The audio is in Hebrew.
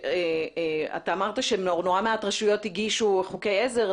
אתה אמרת שנורא מעט רשויות הגישו חוקי עזר,